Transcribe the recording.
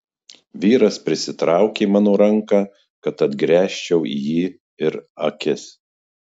vyras prisitraukė mano ranką kad atgręžčiau į jį ir akis